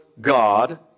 God